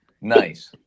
nice